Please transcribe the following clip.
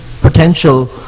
potential